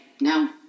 No